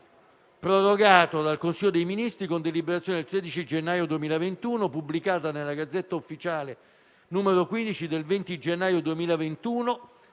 «prorogato dal Consiglio dei ministri con deliberazione del 16 gennaio 2001, pubblicata nella Gazzetta Ufficiale n. 15 del 20 gennaio 2021».